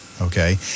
Okay